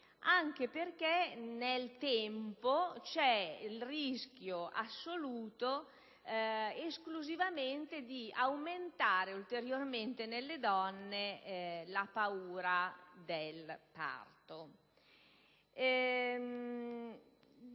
anche perché nel tempo vi è il rischio assoluto di aumentare ulteriormente nelle donne la paura del parto.